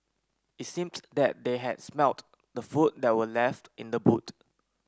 it seemed that they had smelt the food that were left in the boot